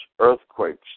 earthquakes